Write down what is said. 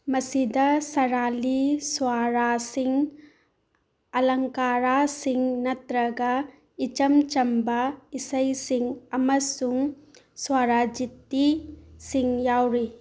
ꯃꯁꯤꯗ ꯁꯥꯔꯥꯂꯤ ꯁ꯭ꯋꯥꯔꯥꯖꯁꯤꯡ ꯑꯂꯪꯀꯥꯔꯥꯁꯁꯤꯡ ꯅꯠꯇ꯭ꯔꯒ ꯏꯆꯝ ꯆꯝꯕ ꯏꯁꯩꯁꯤꯡ ꯑꯃꯁꯨꯡ ꯁ꯭ꯋꯥꯔꯥꯖꯤꯠꯇꯤꯁꯤꯡ ꯌꯥꯎꯔꯤ